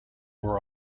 were